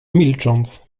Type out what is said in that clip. milcząc